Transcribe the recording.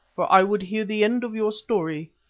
for i would hear the end of your story.